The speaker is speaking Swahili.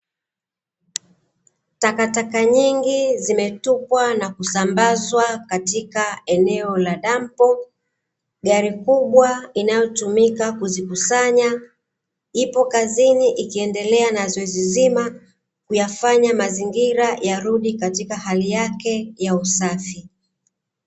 Takataka nyingi zimetupwa na kusambazwa katika eneo la dampo. Gari kubwa inayotumika kuzikusanya ipo kazini ikiendelea na zoezi zima, kuyafanya mazingira yarudi katika hali yake ya usafi.